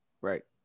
Right